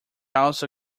also